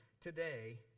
Today